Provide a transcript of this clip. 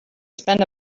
spend